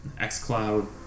xCloud